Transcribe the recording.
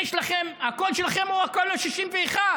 הקול שלכם הוא הקול ה-61.